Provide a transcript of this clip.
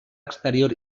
exterior